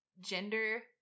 gender